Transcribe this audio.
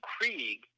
Krieg